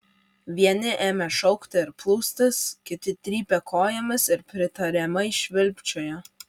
vieni ėmė šaukti ir plūstis kiti trypė kojomis ir pritariamai švilpčiojo